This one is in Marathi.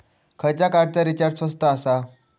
खयच्या कार्डचा रिचार्ज स्वस्त आसा?